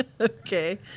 Okay